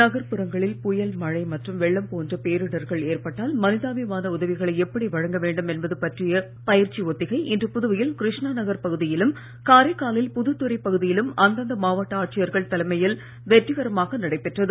நகர்ப்புறங்களில் புயல் மழை மற்றும் வெள்ளம் போன்ற பேரிடர்கள் ஏற்பட்டால் மனிதாபிமான உதவிகளை எப்படி வழங்க வேண்டும் என்பது பற்றிய பயிற்சி ஒத்திகை இன்று புதுவையில் கிருஷ்ணா நகர் பகுதியிலும் காரைக்காலில் புதுத்துறை பகுதியிலும் அந்தந்த மாவட்ட ஆட்சியர்கள் தலைமையில் வெற்றிகரமாக நடைபெற்றது